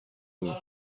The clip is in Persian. بود